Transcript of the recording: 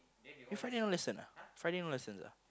you Friday no lesson ah Friday no lessons ah